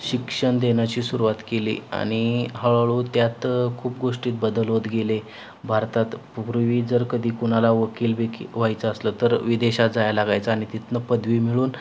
शिक्षण देण्याची सुरुवात केली आणि हळूहळू त्यात खूप गोष्टीत बदल होत गेले भारतात पूर्वी जर कधी कुणाला वकील बेकी व्हायचं असलं तर विदेशात जाया लागायचं आणि तिथनं पदवी मिळून